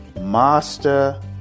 master